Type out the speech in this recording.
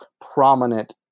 prominent